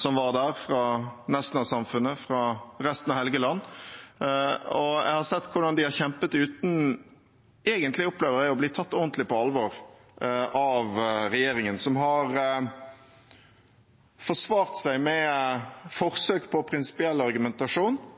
som var der fra Nesna-samfunnet og fra resten av Helgeland. Jeg har sett hvordan de har kjempet uten egentlig, opplever jeg, å bli tatt ordentlig på alvor av regjeringen, som har forsvart seg med forsøk på prinsipiell argumentasjon